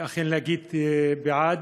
אכן, שנדבר בעדה.